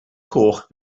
coch